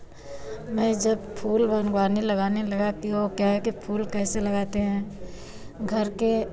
और जब फूल बगबानी लगाने लगाती हूँ वह क्या है कि फूल कैसे लगाते हैं घर के